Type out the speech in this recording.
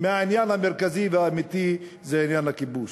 מהעניין המרכזי והאמיתי, עניין הכיבוש.